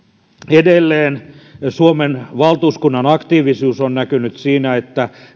edelleen suomen valtuuskunnan aktiivisuus on näkynyt siinä että